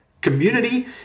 Community